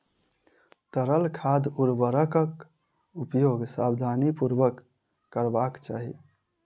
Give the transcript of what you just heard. तरल खाद उर्वरकक उपयोग सावधानीपूर्वक करबाक चाही